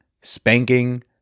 spanking